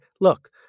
look